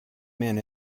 men